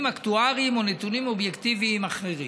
אקטואריים או נתונים אובייקטיביים אחרים.